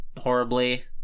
horribly